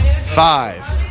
five